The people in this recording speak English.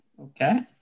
Okay